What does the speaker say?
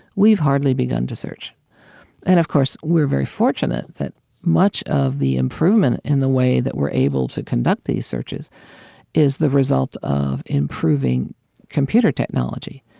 we've hardly begun to search and, of course, we're very fortunate that much of the improvement in the way that we're able to conduct these searches is the result of improving computer technology.